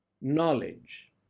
knowledge